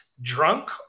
drunk